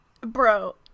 Bro